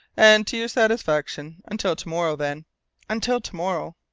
and to your satisfaction. until to-morrow, then until to-morrow.